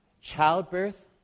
Childbirth